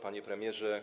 Panie Premierze!